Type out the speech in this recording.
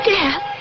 Death